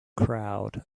crowd